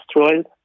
destroyed